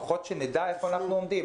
לפחות שנדע איפה אנחנו עומדים.